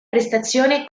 prestazione